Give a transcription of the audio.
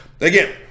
Again